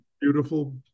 beautiful